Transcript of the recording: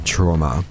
Trauma